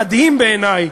המדהים בעיני,